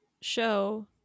show